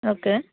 okay